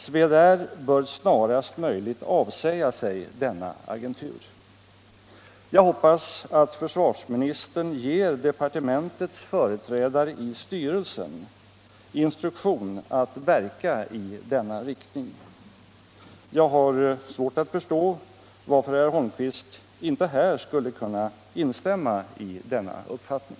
Swedair bör snarast möjligt avsäga sig denna agentur. Jag hoppas att försvarsministern ger departementets företrädare i styrelsen instruktion att verka i denna riktning. Jag har svårt att förstå varför herr Holmqvist inte här skulle kunna instämma i denna uppfattning.